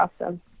awesome